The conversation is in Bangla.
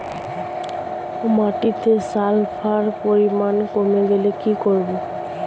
মাটিতে সালফার পরিমাণ কমে গেলে কি করব?